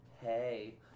Hey